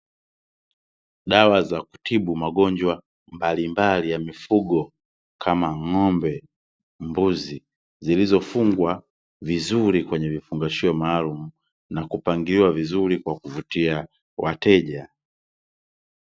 Dawa za kutibu magonjwa mbalimbali ya mifugo kama: ng'ombe, mbuzi; zilizofungwa vizuri kwenye vifungashio maalumu na kupangiliwa vizuri kwa kuvutia wateja.